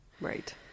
Right